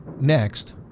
Next